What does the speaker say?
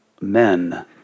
men